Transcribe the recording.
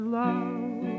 love